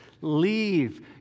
leave